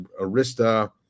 Arista